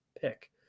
pick